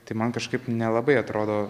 tai man kažkaip nelabai atrodo